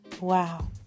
Wow